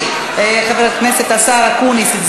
בגלל שאני רוצה להצביע נגדך.